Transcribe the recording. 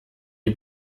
die